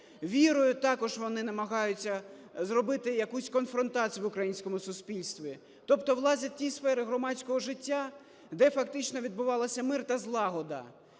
Вірою також вони намагаються зробити якусь конфронтацію в українському суспільстві. Тобто влазять в ті сфери громадського життя, де фактично відбувалися мир та злагода.